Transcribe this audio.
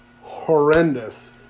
horrendous